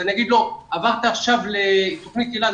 אז אני אגיד לו: עברת עכשיו לתוכנית היל"ה,